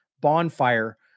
bonfire